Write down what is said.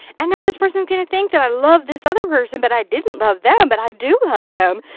and now this person is going to think that i love this other person, but that i didn't love them. but i do love them.